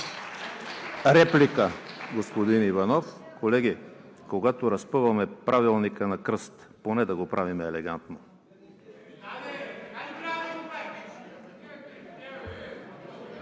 Ви, господин Рашидов. Колеги, когато разпъваме Правилника на кръст, поне да го правим елегантно.